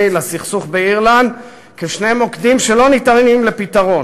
לסלף את העובדות ההיסטוריות.